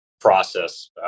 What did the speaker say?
process